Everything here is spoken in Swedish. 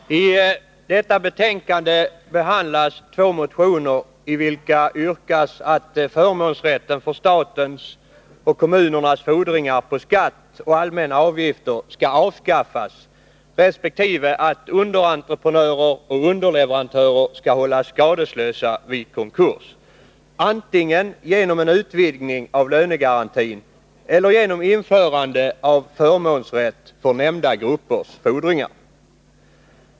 Herr talman! I detta betänkande behandlas två motioner, i vilka yrkas att förmånsrätten för statens och kommunernas fordringar på skatt och allmänna avgifter skall avskaffas resp. att underentreprenörer och underleverantörer skall hållas skadeslösa vid konkurs, antingen genom en utvidgning av lönegarantin eller genom införande av förmånsrätt för nämnda gruppers fordringar.